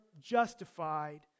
justified